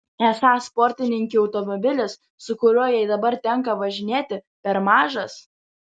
esą sportininkei automobilis su kuriuo jai dabar tenka važinėti per mažas